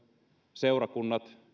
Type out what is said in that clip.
seurakunnat